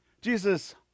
Jesus